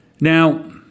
Now